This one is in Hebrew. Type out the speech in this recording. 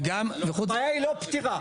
הבעיה היא לא פתירה.